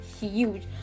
huge